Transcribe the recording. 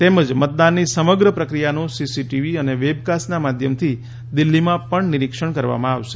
તેમજ મતદાનની સમગ્ર પ્રક્રિયાનું સીસીટીવી અને વેબકાસ્ટના માધ્યમથી દિલ્ઠીમાં પણ નિરિક્ષણ કરવામાં આવશે